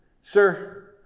Sir